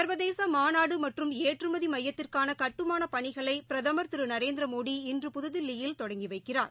சா்வதேச மாநாடு மற்றும் ஏற்றுமதி மையத்திற்கான கட்டுமானப் பணிகளை பிரதமர் திரு நரேந்திரமோடி இன்று புதுதில்லியில் தொடங்கி வைக்கிறார்